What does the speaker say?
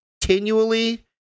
continually